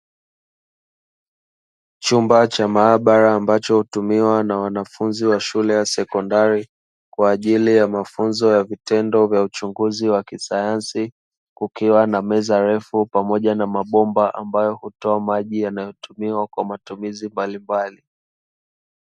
Chumba cha maabara ambacho hutumiwa na wanafunzi wa shule ya sekondari kwa ajili ya mafunzo ya vitendo vya uchunguzi wa kisayansi kukiwa na meza refu pamoja na mabomba ambayo hutoa maji yanayotumiwa kwa matumizi mbalimbali.